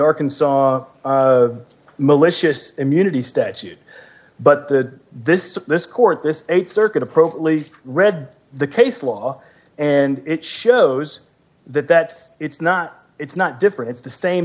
arkansas malicious immunity statute but this to this court this th circuit appropriately read the case law and it shows that that it's not it's not different the same